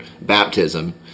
baptism